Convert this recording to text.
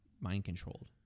mind-controlled